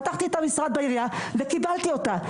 פתחתי את המשרד העירייה וקיבלתי אותה.